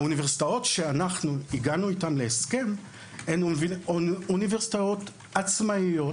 האוניברסיטאות איתן הגענו להסכם הן אוניברסיטאות עצמאיות,